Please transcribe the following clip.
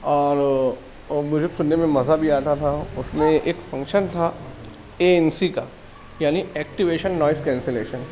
اور اور میوزک سننے میں مزہ بھی آتا تھا اس میں ایک فنکشن تھا اے این سی کا یعنی ایکٹویشن نوائز کینسلیشن